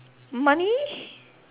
money